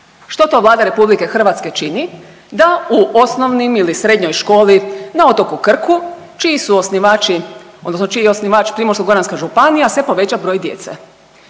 Što to Vlada RH da u osnovnim ili srednjoj školi na otoku Krku čiji su osnivači odnosno čiji je osnivač Primorsko-goranska županija se poveća broj djece?